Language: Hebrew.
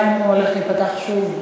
השאלה אם הוא הולך להיפתח שוב,